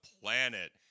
planet